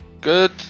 Good